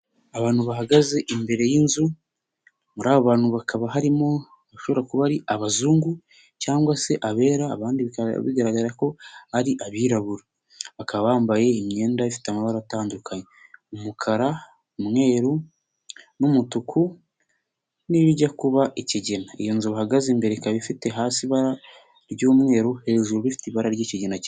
Abantu bahagaze imbere y'inzu, muri bantu hakaba harimo abashobora kuba ari abazungu cyangwa se aberaabandi bikaba bigaragara ko ari abirabura, bakaba bambaye imyenda ifite amabara atandukanye: umukara, umweru n'umutuku n'irijya kuba ikigina, iyo nzu bahagaze imbere ikaba ifite hasi ibara ry'umweru hejuru ibara ry'ikigina.